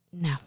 No